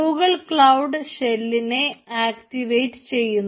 Google cloud ഷെല്ലിനെ activate ചെയ്യുന്നു